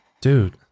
Dude